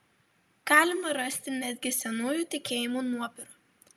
galima rasti netgi senųjų tikėjimų nuobirų